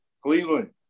Cleveland